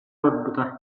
олорбута